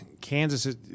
Kansas